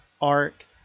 arc